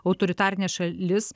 autoritarinė šalis